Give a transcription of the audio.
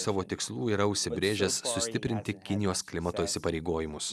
savo tikslų yra užsibrėžęs sustiprinti kinijos klimato įsipareigojimus